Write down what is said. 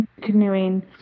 canoeing